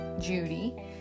Judy